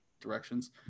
directions